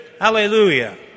Hallelujah